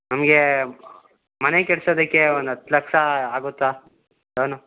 ನಮಗೆ ಮನೆ ಕಟ್ಸೋದಕ್ಕೆ ಒಂದು ಹತ್ತು ಲಕ್ಷ ಆಗುತ್ತಾ ಲೋನು